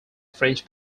french